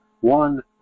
One